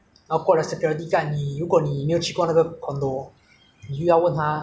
你需要问他怎样怎样去那个 block 因为有很多 block mah 那个什么地方很大